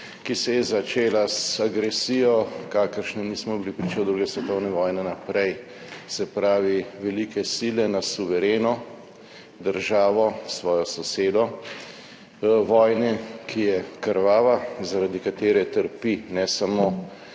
ki se je začela z agresijo, kakršne nismo bili priča od druge svetovne vojne naprej, se pravi velike sile na suvereno državo, svojo sosedo, vojne, ki je krvava, zaradi katere trpi ne samo